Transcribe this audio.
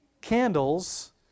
candles